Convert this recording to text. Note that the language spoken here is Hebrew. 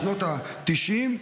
בשנות התשעים,